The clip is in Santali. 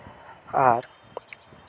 ᱟᱨ